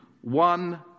one